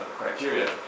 criteria